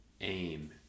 aim